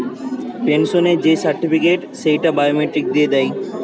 পেনসনের যেই সার্টিফিকেট, সেইটা বায়োমেট্রিক দিয়ে দেয়